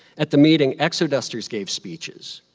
at the meeting, exodusters gave speeches,